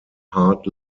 hard